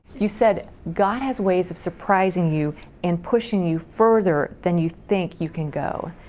you said god has ways of surprising you and pushing you further than you think you can go.